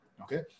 okay